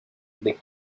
they